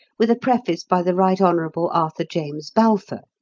with a preface by the right honourable arthur james balfour.